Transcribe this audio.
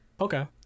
Okay